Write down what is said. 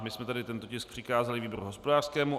My jsme tedy tento tisk přikázali výboru hospodářskému.